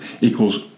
equals